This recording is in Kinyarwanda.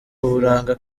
uburanga